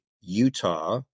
Utah